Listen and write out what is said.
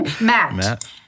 Matt